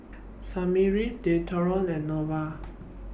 Smirnoff Dualtron and Nova